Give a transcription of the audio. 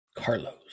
Carlos